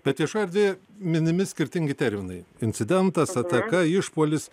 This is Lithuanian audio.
bet viešoj erdvėj minimi skirtingi terminai incidentas ataka išpuolis